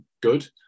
good